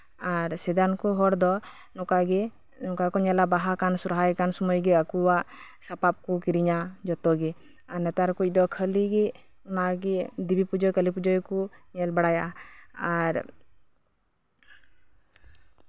ᱟᱫᱚ ᱥᱮᱫᱟᱭ ᱨᱮᱱ ᱦᱚᱲ ᱫᱚ ᱵᱟᱦᱟ ᱠᱟᱱ ᱥᱚᱨᱦᱟᱭ ᱠᱟᱱ ᱥᱚᱢᱚᱭ ᱜᱮ ᱟᱠᱚᱣᱟᱜ ᱥᱟᱯᱟᱵ ᱠᱚ ᱠᱤᱨᱤᱧᱟ ᱡᱚᱛᱚᱜᱮ ᱱᱮᱛᱟᱨ ᱫᱚ ᱠᱷᱟᱹᱞᱤ ᱚᱱᱟᱜᱮ ᱫᱮᱵᱤ ᱯᱩᱡᱟᱹ ᱠᱟᱹᱞᱤ ᱯᱩᱡᱟᱹ ᱜᱮᱠᱚ ᱧᱮᱞ ᱵᱟᱲᱟᱭᱟ ᱟᱨ